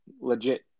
legit